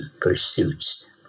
pursuits